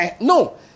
No